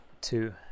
Two